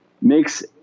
makes